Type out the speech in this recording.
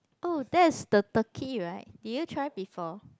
oh that is the turkey right did you try before